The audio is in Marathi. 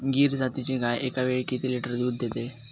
गीर जातीची गाय एकावेळी किती लिटर दूध देते?